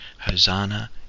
Hosanna